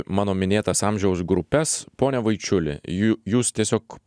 mano minėtas amžiaus grupes pone vaičiulį jū jūs tiesiog